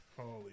Holy